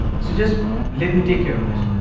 so just let me take care of this.